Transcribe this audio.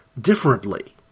differently